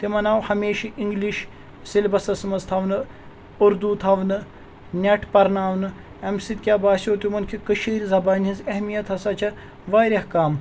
تِمَن آو ہمیشہِ اِنٛگلِش سٮ۪لبَسَس منٛز تھاونہٕ اُردو تھاونہٕ نٮ۪ٹ پَرناونہٕ اَمہِ سۭتۍ کیٛاہ باسیو تِمَن کہِ کٔشیٖر زَبانہِ ہِنٛز اہمیت ہَسا چھِ واریاہ کَم